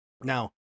Now